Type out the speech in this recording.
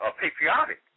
patriotic